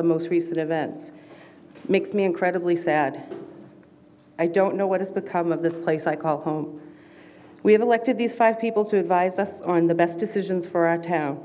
the most recent events makes me incredibly sad i don't know what has become of this place i call home we have elected these five people to advise us on the best decisions for our town